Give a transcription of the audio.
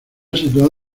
situado